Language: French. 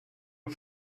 aux